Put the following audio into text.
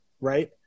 right